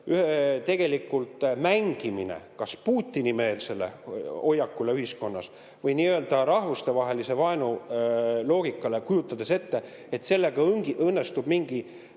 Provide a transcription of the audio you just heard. kokkulepped, mängimine Putini-meelsele hoiakule ühiskonnas või nii-öelda rahvustevahelise vaenu loogikale, kujutades ette, et sellega õnnestub mingi